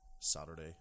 Saturday